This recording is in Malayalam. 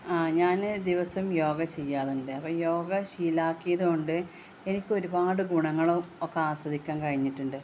ഞാന് ദിവസവും യോഗ ചെയ്യാറുണ്ട് അപ്പോള് യോഗ ശീലമാക്കിയതുകൊണ്ട് എനിക്ക് ഒരുപാട് ഗുണങ്ങള് ഒക്കെ ആസ്വദിക്കാൻ കഴിഞ്ഞിട്ടുണ്ട്